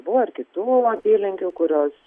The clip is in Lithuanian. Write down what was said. buvo ir kitų apylinkių kurios